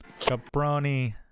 Caproni